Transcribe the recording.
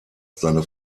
seine